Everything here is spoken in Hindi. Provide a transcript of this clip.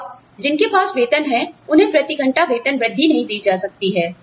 अब जिनके पास वेतन है उन्हें प्रति घंटा वेतन वृद्धि नहीं दी जा सकती है